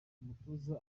umutoza